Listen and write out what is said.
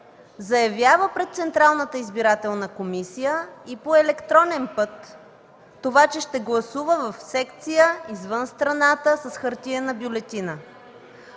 заявява пред Централната избирателна комисия и по електронен път това, че ще гласува в секция извън страната с хартиена бюлетина.